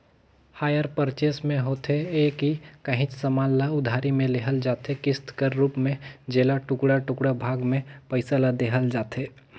hire purchase में होथे ए कि काहींच समान ल उधारी में लेहल जाथे किस्त कर रूप में जेला टुड़का टुड़का भाग में पइसा ल देहल जाथे